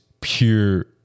pure